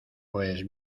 pues